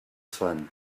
sun